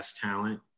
talent